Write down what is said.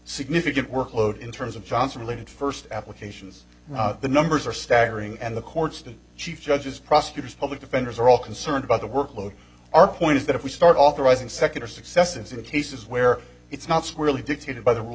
significant workload in terms of johnson related first applications the numbers are staggering and the courts the chief judges prosecutors public defenders are all concerned about the workload our point is that if we start authorizing secular successes in cases where it's not squarely dictated by the rule